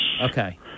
okay